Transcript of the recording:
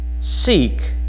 seek